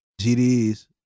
GDs